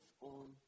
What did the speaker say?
on